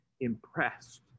impressed